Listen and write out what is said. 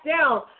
down